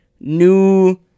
new